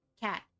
Cat